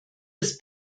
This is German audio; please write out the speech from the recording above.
ist